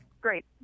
Great